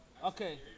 Okay